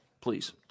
please